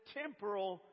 temporal